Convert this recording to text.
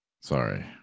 sorry